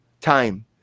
time